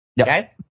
Okay